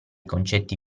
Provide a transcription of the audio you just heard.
concetti